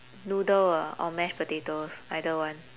noodle ah or mash potatoes either one